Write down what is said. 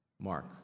mark